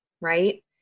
Right